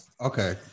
Okay